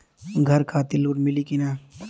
घर खातिर लोन मिली कि ना?